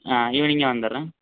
ஆ ஈவினிங்கே வந்துடுறேன்